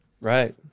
Right